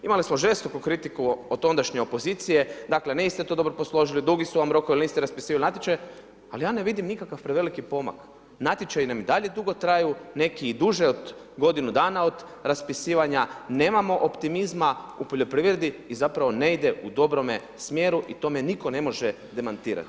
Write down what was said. Imali smo žestoku kritiku od ondašnje opozicije, dakle niste to dobro posložili, dugi su vam rokovi jer niste raspisivali natječaje, ali ja ne vidim nikakav veliki pomak, natječaji nam i dalje dugo traju, neki i duže od godinu dana od raspisivanja, nemamo optimizma u poljoprivredi, i zapravo ne ide u dobrome smjeru i to me nitko ne može demantirati.